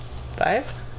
Five